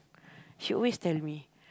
she always tell me